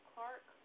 Clark